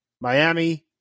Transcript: Miami